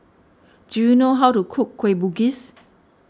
do you know how to cook Kueh Bugis